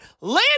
land